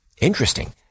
Interesting